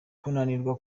kunanirwa